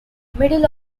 middle